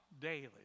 daily